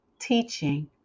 teaching